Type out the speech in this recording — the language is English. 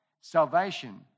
salvation